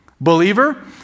Believer